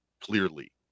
clearly